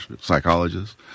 psychologists